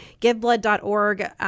giveblood.org